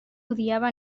odiava